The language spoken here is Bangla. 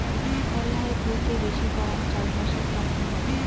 মেলহাই ভুঁইতে বেশি করাং চাষবাসের তন্ন হই